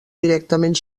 directament